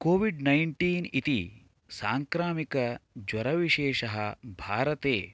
COVID nineteen इति साङ्क्रामिकज्वरविशेषः भारते